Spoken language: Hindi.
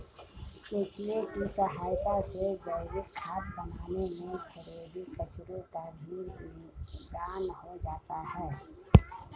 केंचुए की सहायता से जैविक खाद बनाने में घरेलू कचरो का भी निदान हो जाता है